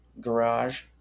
garage